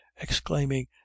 exclaiming